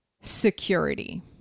security